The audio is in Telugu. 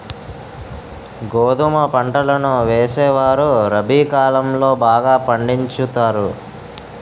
గోధుమ పంటలను వేసేవారు రబి కాలం లో బాగా పండించుతారు